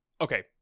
okay